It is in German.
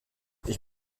ich